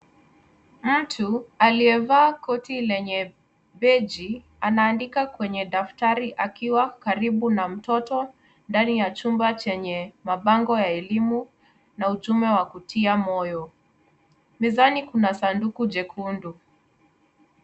Mtu aliyevaa koti lenye beji anaandika kwenye daftari akiwa karibu na mtoto ndani ya chumba chenye mabango ya elimu na ujumbe wa kutia moyo. Kuna sanduku jekundu.